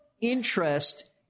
interest